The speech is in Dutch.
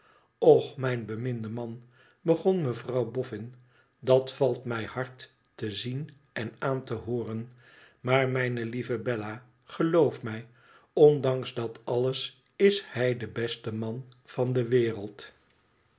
loch mijn beminde man begon mevrouw boffin dat valt mij hard te zien en aan te hooren maar mijne lieve bella geloof mij ondanks dat alles is hij de beste man van de wereld